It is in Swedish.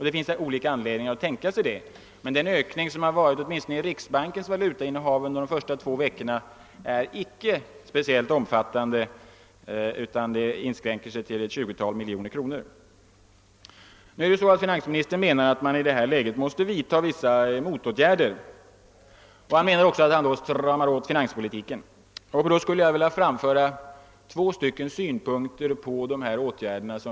Det finns olika anledningar till att tänka sig det, men den ökning som riksbankens valutainnehav har visat under de första två veckorna är åtminstone icke speciellt omfattande utan inskränker sig till ett 20-tal miljoner kronor. Finansministern menar att man i detta ekonomiska läge måste vidta vissa motåtgärder och vill därför strama åt finanspolitiken. Jag skulle vilja framföra två synpunkter på dessa hans åtgärder.